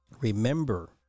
remember